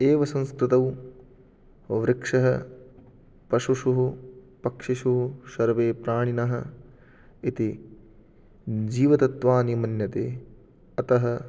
एव संस्कृतौ वृक्षः पशुषु पक्षिषु सर्वे प्राणिनः इति जीवतत्वानि मन्यते अतः